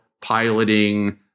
piloting